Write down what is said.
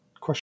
Question